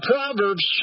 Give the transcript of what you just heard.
Proverbs